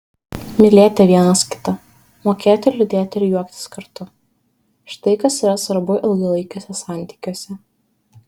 mylėti vienas kitą mokėti liūdėti ir juoktis kartu štai kas yra svarbu ilgalaikiuose santykiuose